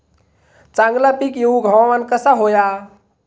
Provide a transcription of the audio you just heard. चांगला पीक येऊक हवामान कसा होया?